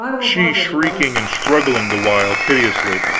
she shrieking and struggling the while piteously.